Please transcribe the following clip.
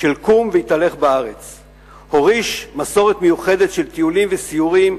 של "קום והתהלך בארץ"; הוריש מסורת מיוחדת של טיולים וסיורים,